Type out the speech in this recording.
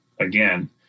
again